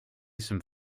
some